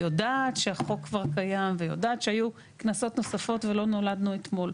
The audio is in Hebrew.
יודעת שהחוק כבר קיים ויודעת שהיו קנסות נוספים ולא נולדנו אתמול.